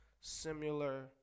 similar